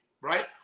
right